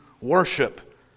worship